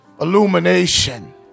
illumination